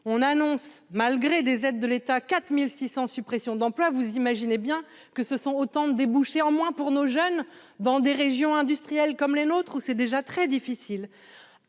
On annonce, malgré des aides de l'État, 4 600 suppressions d'emploi. Vous imaginez bien que ce sont autant de débouchés en moins pour nos jeunes dans des régions industrielles comme les nôtres, où la situation est déjà très difficile